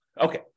Okay